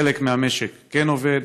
חלק מהמשק כן עובד.